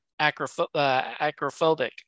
acrophobic